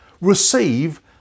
receive